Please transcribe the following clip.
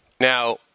Now